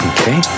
Okay